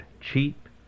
cheap